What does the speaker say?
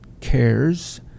cares